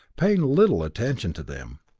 paying little attention to them.